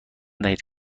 دهید